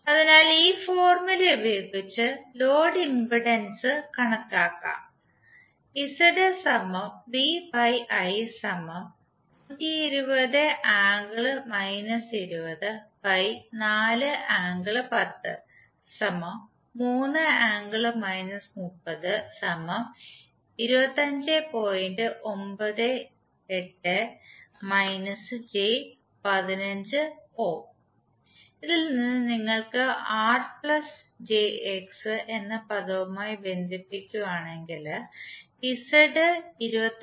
അതിനാൽ ഈ ഫോർമുല ഉപയോഗിച്ച് ലോഡ് ഇംപെഡൻസ് കണക്കാക്കാം Ω ഇതിൽ നിന്ന് നിങ്ങൾ ആർ പ്ലസ് ജെഎക്സ്RjX എന്ന പദവുമായി ബന്ധിപ്പിക്കുവാണെങ്കിൽ ഇസഡ് 25